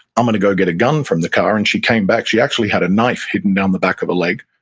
i'm going to go get a gun from the car, and she came back. she actually had a knife hidden down the back of her leg,